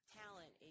talent